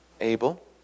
Abel